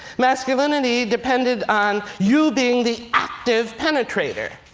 masculinity depended on you being the active penetrator.